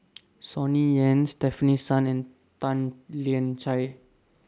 Sonny Yap Stefanie Sun and Tan Lian Chye